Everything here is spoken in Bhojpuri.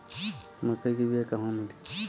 मक्कई के बिया क़हवा मिली?